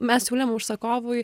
mes siūlėm užsakovui